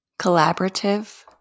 Collaborative